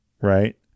right